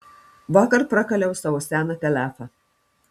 vakar prakaliau savo seną telefą